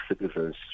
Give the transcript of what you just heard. citizens